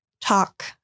talk